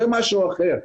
זה משהו אחר.